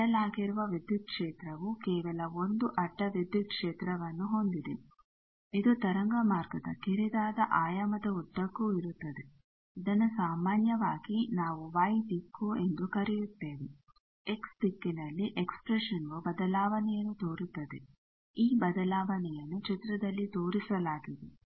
ಅಡ್ಡಲಾಗಿರುವ ವಿದ್ಯುತ್ ಕ್ಷೇತ್ರವು ಕೇವಲ 1 ಅಡ್ಡ ವಿದ್ಯುತ್ ಕ್ಷೇತ್ರವನ್ನು ಹೊಂದಿದೆ ಇದು ತರಂಗ ಮಾರ್ಗದ ಕಿರಿದಾದ ಆಯಾಮದ ಉದ್ದಕ್ಕೂ ಇರುತ್ತದೆ ಇದನ್ನು ಸಾಮಾನ್ಯವಾಗಿ ನಾವು ವೈ ದಿಕ್ಕು ಎಂದು ಕರೆಯುತ್ತೇವೆ ಎಕ್ಸ್ ದಿಕ್ಕಿನಲ್ಲಿ ಎಕ್ಸ್ಪ್ರೇಷನ್ ವು ಬದಲಾವಣೆಯನ್ನು ತೋರುತ್ತದೆ ಈ ಬದಲಾವಣೆಯನ್ನು ಚಿತ್ರದಲ್ಲಿ ತೋರಿಸಲಾಗಿದೆ